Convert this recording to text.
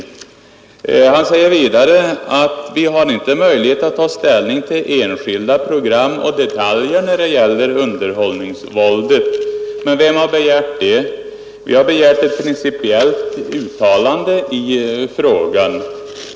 Herr Mattsson säger vidare att riksdagen inte har möjlighet att ta ställning till enskilda program och detaljer när det gäller underhållningsvåldet. Men vem har begärt det? Vi har begärt ett principiellt uttalande i frågan.